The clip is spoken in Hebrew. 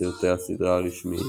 בסרטי הסדרה הרשמיים,